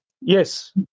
yes